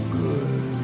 good